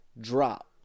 drop